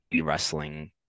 wrestling